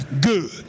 good